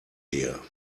dir